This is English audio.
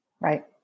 right